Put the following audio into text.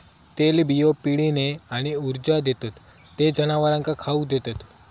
तेलबियो पिढीने आणि ऊर्जा देतत ते जनावरांका खाउक देतत